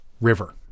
river